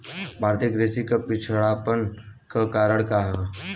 भारतीय कृषि क पिछड़ापन क कारण का ह?